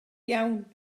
iawn